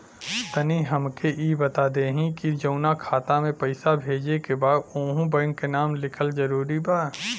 तनि हमके ई बता देही की जऊना खाता मे पैसा भेजे के बा ओहुँ बैंक के नाम लिखल जरूरी बा?